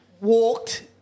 walked